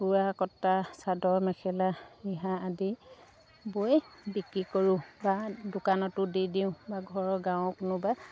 বোৱা কটা চাদৰ মেখেলা ৰিহা আদি বৈ বিক্ৰী কৰোঁ বা দোকানতো দি দিওঁ বা ঘৰৰ গাঁৱৰ কোনোবা